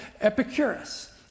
Epicurus